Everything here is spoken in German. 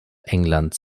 englands